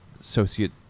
associate